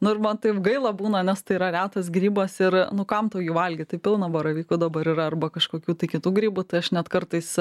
nu ir man taip gaila būna nes tai yra retas grybas ir nu kam tau jį valgyt tai pilna baravykų dabar yra arba kažkokių tai kitų grybų tai aš net kartais